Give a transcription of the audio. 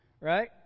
Right